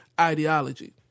ideology